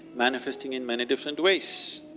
manifesting in many different ways.